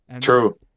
True